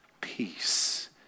peace